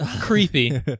creepy